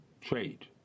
trade